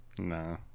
No